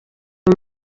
uyu